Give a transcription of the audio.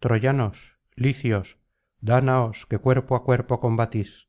troyanos licios dárdanos que cuerpo á cuerpo combatís